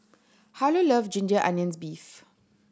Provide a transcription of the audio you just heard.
Harlow love ginger onions beef